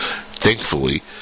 Thankfully